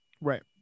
Right